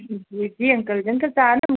जी जी जी uncle uncle तव्हां न